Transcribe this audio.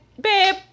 babe